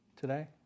today